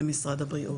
הבריאות.